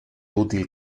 útil